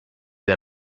der